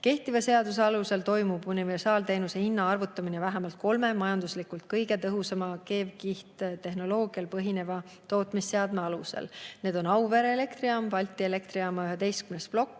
Kehtiva seaduse alusel toimub universaalteenuse hinna arvutamine vähemalt kolme majanduslikult kõige tõhusama keevkihttehnoloogial põhineva tootmisseadme alusel. Need on Auvere elektrijaam, Balti Elektrijaama 11. plokk